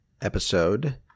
episode